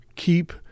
keep